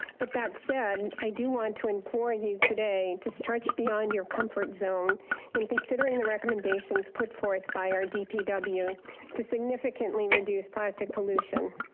but that said, i do want to implore you today to stretch beyond your comfort zone in considering the recommendations put forth by our dpw to significantly reduce plastic pollution.